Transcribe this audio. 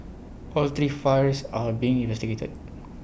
all three fires are being investigated